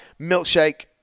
Milkshake